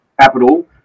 capital